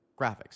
graphics